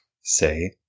say